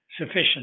sufficient